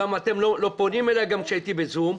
אתם לא פונים אליי גם כשהייתי בזום,